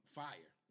fire